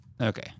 Okay